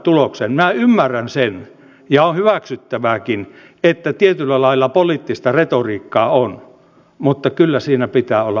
minä ymmärrän sen ja on hyväksyttävääkin että tietyllä lailla poliittista retoriikkaa on mutta kyllä siinä pitää olla uskottavuutta